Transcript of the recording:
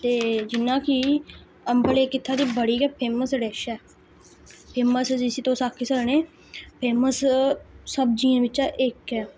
ते जि'यां कि अम्बल इक इत्थैं दी बड़ी गै फेमस डिश ऐ फेमस जिस्सी तुस आक्खी सकने फेमस सब्जियें बिच्चां इक ऐ